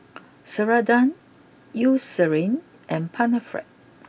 Ceradan Eucerin and Panaflex